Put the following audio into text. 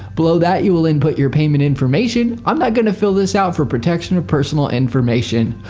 below that you will input your payment information. i'm not going to fill this out for protection of personal information.